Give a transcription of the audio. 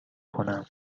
کنم